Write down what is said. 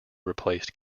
replaced